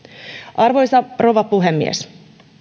arvoisa rouva puhemies